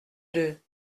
deux